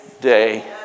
day